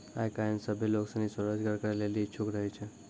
आय काइल सभ्भे लोग सनी स्वरोजगार करै लेली इच्छुक रहै छै